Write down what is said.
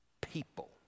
people